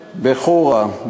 בחורה,